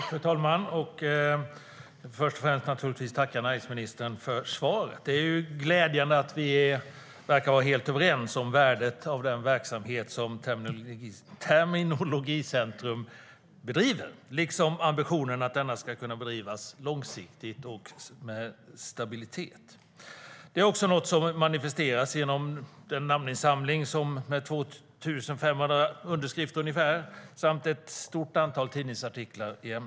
Fru talman! Jag vill först och främst naturligtvis tacka näringsministern för svaret. Det är glädjande att vi verkar vara helt överens om värdet av den verksamhet som Terminologicentrum bedriver liksom om ambitionen att verksamheten ska kunna bedrivas långsiktigt och med stabilitet. Det är också något som har manifesterats genom en namninsamling med ungefär 2 500 underskrifter och ett stort antal tidningsartiklar i ämnet.